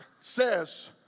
says